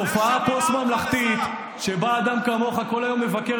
התופעה הפוסט-ממלכתית שבה אדם כמוך כל היום מבקר